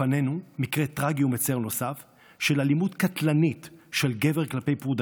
לפנינו מקרה טרגי ומצער נוסף של אלימות קטלנית של גבר כלפי פרודתו.